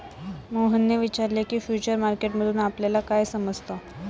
मोहनने विचारले की, फ्युचर मार्केट मधून आपल्याला काय समजतं?